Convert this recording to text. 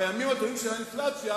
בימים הטובים של האינפלציה,